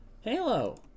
Halo